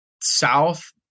South